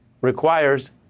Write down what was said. requires